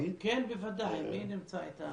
בוודאי, מי נמצא איתנו?